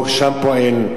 פה פועל, שם פועל.